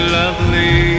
lovely